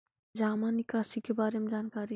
जामा निकासी के बारे में जानकारी?